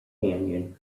canyon